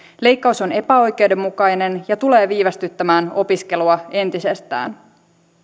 leikkaus on epäoikeudenmukainen ja tulee viivästyttämään opiskelua entisestään